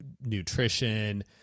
nutrition